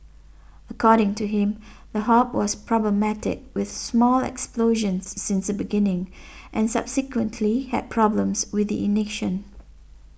according to him the hob was problematic with small explosions since the beginning and subsequently had problems with the ignition